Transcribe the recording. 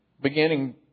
beginning